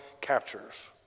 captures